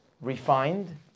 refined